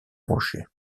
rochers